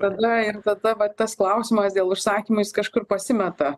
tada ir tada va tas klausimas dėl užsakymo jis kažkur pasimeta